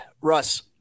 Russ